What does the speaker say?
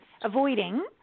avoiding